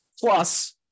Plus